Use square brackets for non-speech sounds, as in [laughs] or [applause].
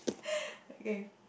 [laughs] okay